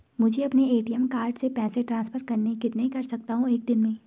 मुझे अपने ATM card से पैसे ट्रांसफर करने हैं कितने कर सकता हूँ एक दिन में?